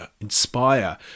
inspire